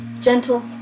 gentle